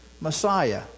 Messiah